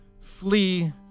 flee